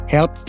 Help